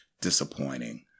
disappointing